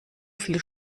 viel